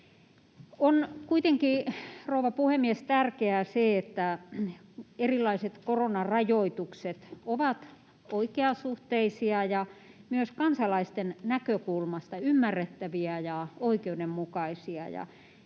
On kuitenkin, rouva puhemies, tärkeää se, että erilaiset koronarajoitukset ovat oikeasuhtaisia ja myös kansalaisten näkökulmasta ymmärrettäviä ja oikeudenmukaisia.